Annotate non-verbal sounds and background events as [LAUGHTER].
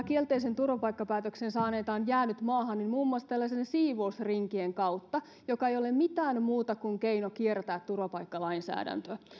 [UNINTELLIGIBLE] kielteisen turvapaikkapäätöksen saaneita on jäänyt maahan muun muassa tällaisten siivousrinkien kautta niin se ei ole mitään muuta kuin keino kiertää turvapaikkalainsäädäntöä